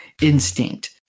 instinct